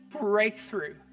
breakthrough